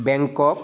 বেংকক